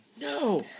No